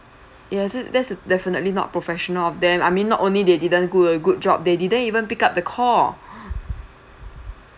ya is it that's definitely not professional of them I mean not only they didn't do a good job they didn't even pick up the call